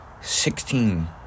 Sixteen